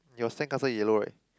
it was sand castle yellow right